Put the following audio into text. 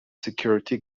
security